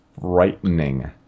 frightening